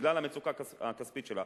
בגלל המצוקה הכספית שלה,